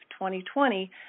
2020